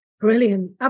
Brilliant